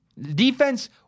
Defense